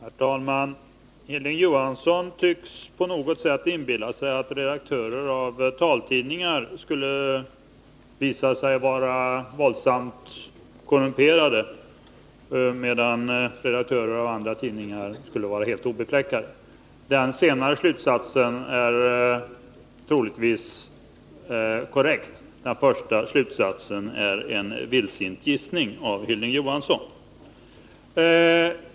Herr talman! Hilding Johansson tycks på något sätt inbilla sig att redaktörer för taltidningar skulle visa sig vara våldsamt korrumperade, medan redaktörer för andra tidningar skulle vara helt obefläckade. Den senare slutsatsen är troligtvis korrekt. Den första slutsatsen är en vildsint gissning av Hilding Johansson.